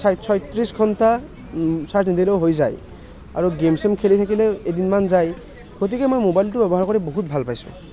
ছয় ছয়ত্ৰিছ ঘণ্টা চাৰ্জ নিদিলেও হৈ যায় আৰু গেম ছেম খেলি থাকিলে এদিনমান যায় গতিকে মই মোবাইলটো ব্যৱহাৰ কৰি বহুত ভাল পাইছোঁ